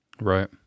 Right